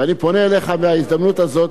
ואני פונה אליך בהזדמנות הזאת,